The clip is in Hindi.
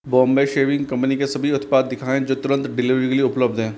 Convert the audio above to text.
बॉम्बे शेविंग कंपनी के सभी उत्पाद दिखाएँ जो तुरंत डिलीवरी के लिए उपलब्ध हैं